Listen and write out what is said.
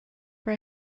for